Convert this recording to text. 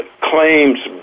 claims